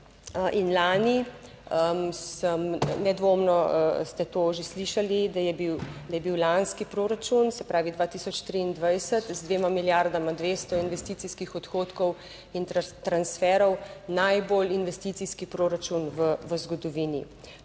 in lani sem, nedvomno ste to že slišali, da je bil, da je bil lanski proračun, se pravi 2023, z 2 milijardama 200 investicijskih odhodkov in transferov najbolj investicijski proračun v zgodovini.